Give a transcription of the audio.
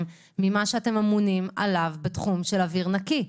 ממה שאתם אמונים עליו בתחום של אוויר נקי.